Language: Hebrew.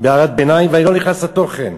בהערת ביניים, ואני לא נכנס לתוכן,